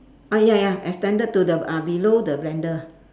uh ya ya extended to the uh below the blender